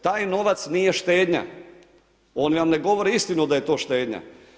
Taj novac nije štednja, oni vam ne govore istinu da je to štednja.